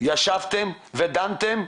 ישבתם ודנתם,